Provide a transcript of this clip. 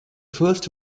first